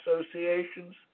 associations